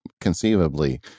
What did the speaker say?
conceivably